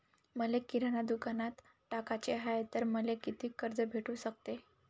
मले किराणा दुकानात टाकाचे हाय तर मले कितीक कर्ज भेटू सकते?